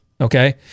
Okay